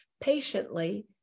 patiently